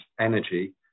energy